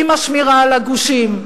עם השמירה על הגושים,